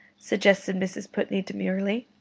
suggested mrs. putney demurely.